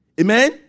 Amen